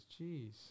Jeez